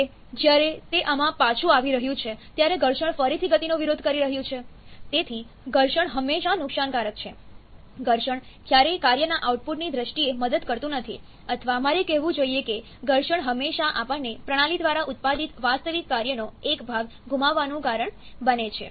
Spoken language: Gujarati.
હવે જ્યારે તે આમાં પાછું આવી રહ્યું છે ત્યારે ઘર્ષણ ફરીથી ગતિનો વિરોધ કરી રહ્યું છે તેથી ઘર્ષણ હંમેશા નુકસાનકારક છે ઘર્ષણ ક્યારેય કાર્યના આઉટપુટની દ્રષ્ટિએ મદદ કરતું નથી અથવા મારે કહેવું જોઈએ કે ઘર્ષણ હંમેશા આપણને પ્રણાલી દ્વારા ઉત્પાદિત વાસ્તવિક કાર્યનો એક ભાગ ગુમાવવાનું કારણ બને છે